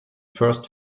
first